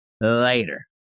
later